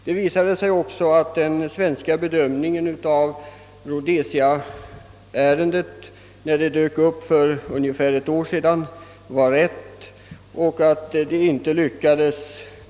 Det har visat sig att den svenska bedömningen av Rhodesia-ärendet, när det för ungefär ett halvt år sedan dök upp, var riktig.